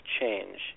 change